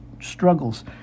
struggles